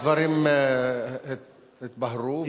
הדברים התבהרו.